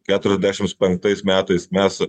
keturiasdešims penktais metais mes